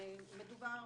מדובר